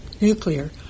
nuclear